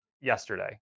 yesterday